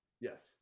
yes